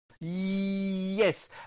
Yes